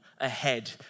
ahead